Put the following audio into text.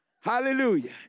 Hallelujah